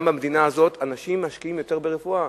גם במדינה הזאת אנשים משקיעים יותר ברפואה.